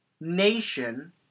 nation